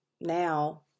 now